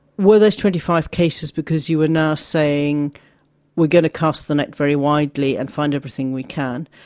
were those twenty five cases because you were now saying we're going to cast the net very widely and find everything we can?